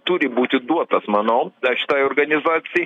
turi būti duotas manau šitai organizacijai